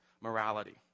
morality